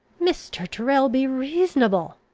mr. tyrrel, be reasonable!